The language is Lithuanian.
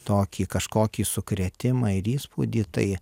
tokį kažkokį sukrėtimą ir įspūdį tai